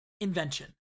Invention